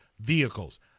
vehicles